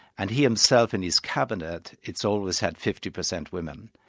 and he himself in his cabinet, it's always had fifty percent women.